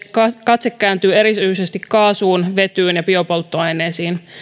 katse kääntyy erityisesti kaasuun vetyyn ja biopolttoaineisiin